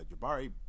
Jabari